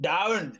Down